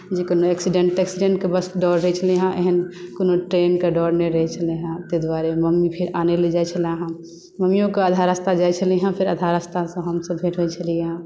कोनो एक्सिडेन्ट तेक्सीडेन्टकेँ डर रहैत छलै हेँ एहन कोनो ट्रेनकेँ डर नहि रहै छलै हेँ ताहि दुआरे मम्मी फेर आनय लेल जाइत छलए हेँ मम्मियोकेँ आधा रास्ता जाइत छलै हेँ फेर आधा रास्तासँ हमसभ भेटैत छलियै हेँ